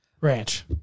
Ranch